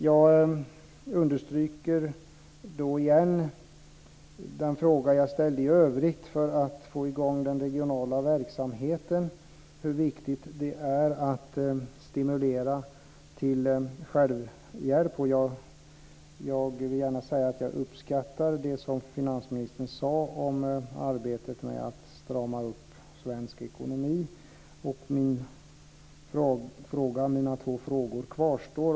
Jag understryker igen den fråga jag ställde i övrigt, hur viktigt det är att stimulera till självhjälp för att få i gång den regionala verksamheten. Jag vill gärna säga att jag uppskattar det som finansministern sade om arbetet med att strama upp svensk ekonomi. Mina två frågor kvarstår.